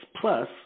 plus